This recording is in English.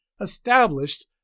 established